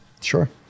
sure